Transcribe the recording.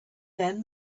then